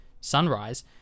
Sunrise